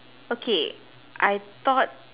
okay I thought